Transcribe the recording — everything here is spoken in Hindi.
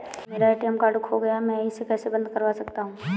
मेरा ए.टी.एम कार्ड खो गया है मैं इसे कैसे बंद करवा सकता हूँ?